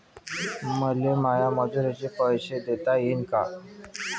मले माया मजुराचे पैसे देता येईन का?